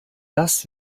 das